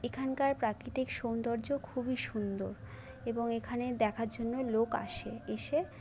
এখানকার প্রাকৃতিক সৌন্দর্য খুবই সুন্দর এবং এখানে দেখার জন্যই লোক আসে এসে